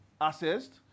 assessed